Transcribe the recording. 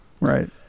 right